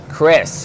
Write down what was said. Chris